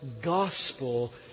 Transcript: gospel